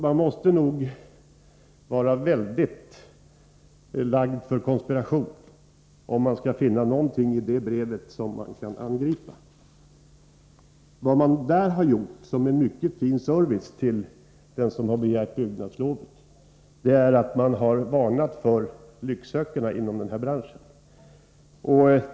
Man måste nog ha särskild fallenhet för konspiration, om man i det brevet kan finna någonting att angripa. Det har i brevet lämnats en mycket fin service åt den som begär byggnadslov: man har nämligen varnat för lycksökarna inom den här branschen.